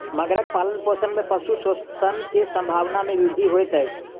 मगरक पालनपोषण में पशु शोषण के संभावना में वृद्धि होइत अछि